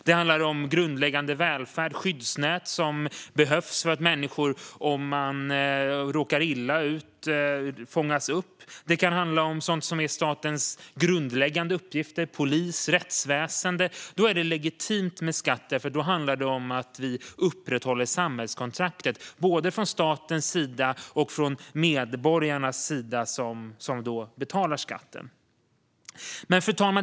Det handlar om grundläggande välfärd och om skyddsnät som behövs för att människor ska fångas upp om de råkar illa ut. Det handlar om statens grundläggande uppgifter, som polis och rättsväsen. Det är legitimt att ta ut skatt om det handlar om att vi, både staten och medborgarna, som betalar skatten, upprätthåller kontraktet. Fru talman!